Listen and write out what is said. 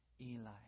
Eli